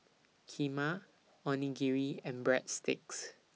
Kheema Onigiri and Breadsticks